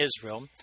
Israel